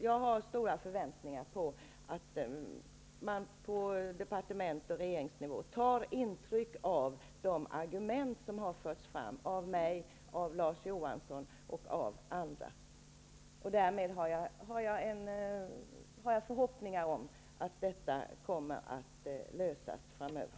Jag har stora förväntningar på att man på regeringsnivå tar intryck av de argument som har förts fram av mig, av Larz Johansson och av andra. Därmed har jag förhoppningar om att detta kommer att lösas framöver.